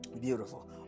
Beautiful